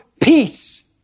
peace